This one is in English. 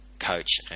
coach